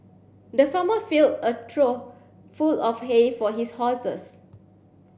the farmer filled a trough full of hay for his horses